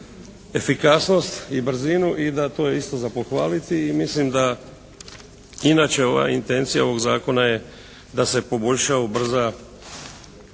efikasnost i brzinu i da to je isto za pohvaliti i mislim da inače ova intencija ovog zakona je da se poboljša, ubrza